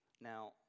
Now